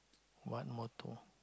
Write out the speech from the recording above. what motto